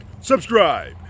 subscribe